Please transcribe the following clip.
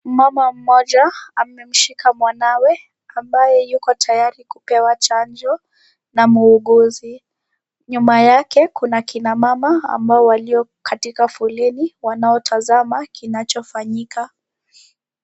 Mama mmoja amemshika mwanawe ambaye yuko tayari kupewa chanjo na muuguzi. Nyuma yake kuna kina mama ambao walio katika foleni wanaotazama kinachofanyika.